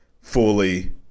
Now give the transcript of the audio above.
fully